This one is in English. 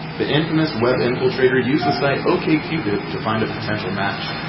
the infamous web infiltrator used the site okcupid to find a potential match.